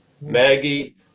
Maggie